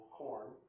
corn